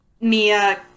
Mia